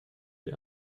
die